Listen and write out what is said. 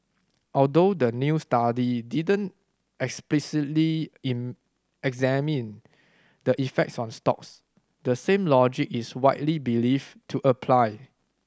although the new study didn't explicitly in examine the effects on stocks the same logic is widely believed to apply